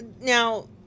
Now